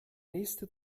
nächste